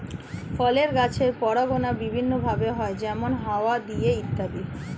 ফলের গাছের পরাগায়ন বিভিন্ন ভাবে হয়, যেমন হাওয়া দিয়ে ইত্যাদি